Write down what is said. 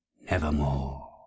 Nevermore